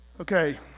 okay